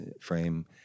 frame